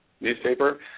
newspaper